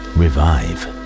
revive